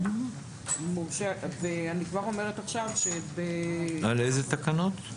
על איזה תקנות?